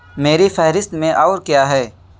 میری فہرست میں اور کیا ہے